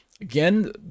again